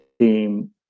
team